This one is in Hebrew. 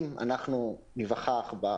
אם יש שני מונחים שהייתי רוצה לשתול בוועדה,